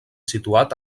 situat